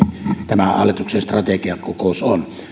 tämä hallituksen strategiakokous